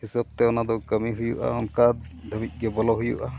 ᱦᱤᱥᱟᱹᱵᱽ ᱛᱮ ᱚᱱᱟᱫᱚ ᱠᱟᱹᱢᱤ ᱦᱩᱭᱩᱜᱼᱟ ᱚᱱᱠᱟ ᱫᱷᱟᱹᱵᱤᱡ ᱜᱮ ᱵᱚᱞᱚ ᱦᱩᱭᱩᱜᱼᱟ